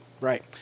Right